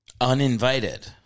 Uninvited